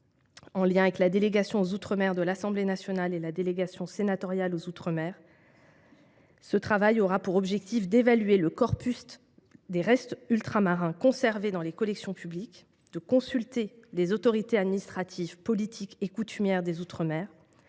En lien avec la délégation aux outre mer de l’Assemblée nationale et la délégation sénatoriale aux outre mer, il aura notamment pour objectif d’évaluer le corpus des restes ultramarins conservés dans les collections publiques, de consulter les autorités administratives, politiques et coutumières des outre mer,